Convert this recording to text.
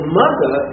mother